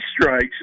Strikes